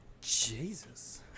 Jesus